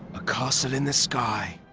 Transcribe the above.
a castle in the sky!